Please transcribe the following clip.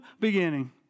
beginning